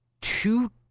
two